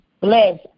bless